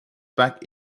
back